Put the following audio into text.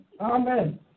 Amen